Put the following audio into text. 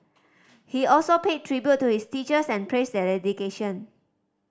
he also paid tribute to his teachers and praised their dedication